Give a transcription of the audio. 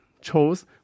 chose